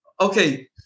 okay